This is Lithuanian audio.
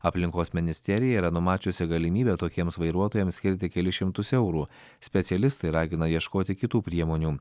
aplinkos ministerija yra numačiusi galimybę tokiems vairuotojams skirti kelis šimtus eurų specialistai ragina ieškoti kitų priemonių